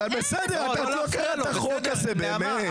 את לא מכירה את החוק הזה, באמת.